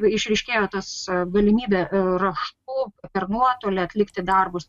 išryškėjo tas galimybė raštu per nuotolį atlikti darbus